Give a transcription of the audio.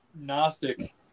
Gnostic